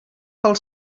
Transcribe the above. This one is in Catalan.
pel